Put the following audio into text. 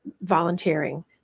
volunteering